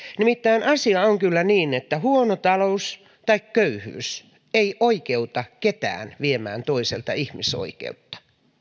nimittäin asia on kyllä niin että huono talous tai köyhyys ei oikeuta ketään viemään toiselta ihmisoikeutta